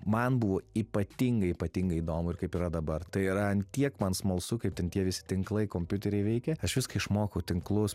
man buvo ypatingai ypatingai įdomu ir kaip yra dabar tai yra ant tiek man smalsu kaip ten tie visi tinklai kompiuteriai veikia aš viską išmokau tinklus